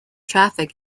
traffic